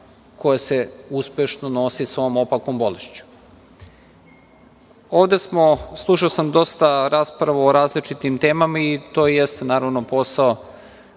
koja se uspešno nosi sa ovom opakom bolešću. Slušao sam dosta rasprava o različitim temama i to jeste naravno posao